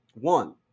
one